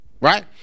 right